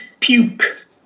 puke